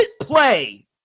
play